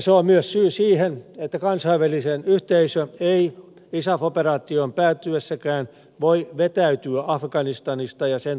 se on myös syy siihen että kansainvälinen yhteisö ei isaf operaation päättyessäkään voi vetäytyä afganistanista ja sen tukemisesta